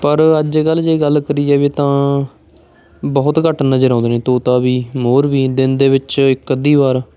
ਪਰ ਅੱਜ ਕੱਲ੍ਹ ਜੇ ਗੱਲ ਕਰੀ ਜਾਵੇ ਤਾਂ ਬਹੁਤ ਘੱਟ ਨਜ਼ਰ ਆਉਂਦੇ ਨੇ ਤੋਤਾ ਵੀ ਮੋਰ ਵੀ ਦਿਨ ਦੇ ਵਿੱਚ ਇੱਕ ਅੱਧੀ ਵਾਰ